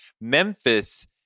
Memphis